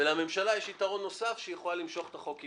ולממשלה יש יתרון נוסף שהיא יכולה למשוך את החוק,